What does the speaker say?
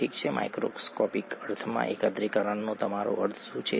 ઠીક છે માઇક્રોસ્કોપિક અર્થમાં એકત્રીકરણનો તમારો અર્થ શું છે